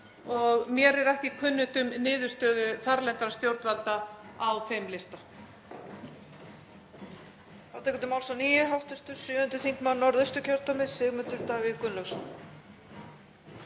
og mér er ekki kunnugt um niðurstöðu þarlendra stjórnvalda á þeim lista.